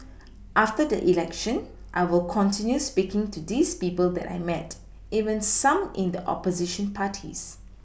after the election I will continue speaking to these people that I met even some in the opposition parties